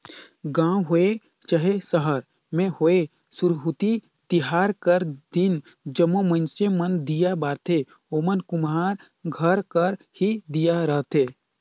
गाँव होए चहे सहर में होए सुरहुती तिहार कर दिन जम्मो मइनसे मन दीया बारथें ओमन कुम्हार घर कर ही दीया रहथें